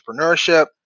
entrepreneurship